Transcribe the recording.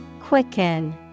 Quicken